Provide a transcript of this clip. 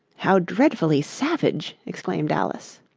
how dreadfully savage exclaimed alice.